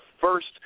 first